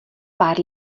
pár